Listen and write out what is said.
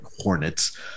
Hornets